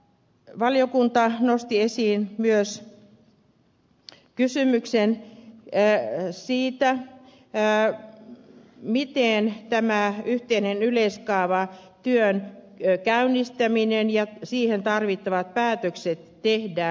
valiokunta nosti esiin myös kysymyksen siitä miten tämä yhteisen yleiskaavatyön käynnistäminen ja siihen tarvittavat päätökset tehdään